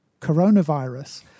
coronavirus